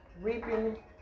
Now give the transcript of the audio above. reaping